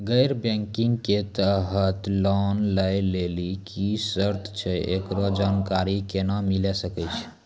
गैर बैंकिंग के तहत लोन लए लेली की सर्त छै, एकरो जानकारी केना मिले सकय छै?